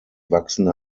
wachsende